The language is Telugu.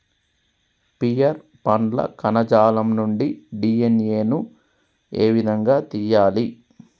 పియర్ పండ్ల కణజాలం నుండి డి.ఎన్.ఎ ను ఏ విధంగా తియ్యాలి?